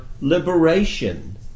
liberation